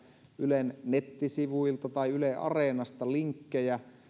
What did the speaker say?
ylen nettisivuilta tai yle areenasta linkkejä